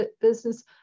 business